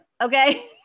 Okay